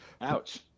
Ouch